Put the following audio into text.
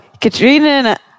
Katrina